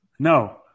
No